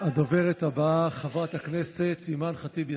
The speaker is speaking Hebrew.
הדוברת הבאה, חברת הכנסת אימאן ח'טיב יאסין,